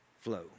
flow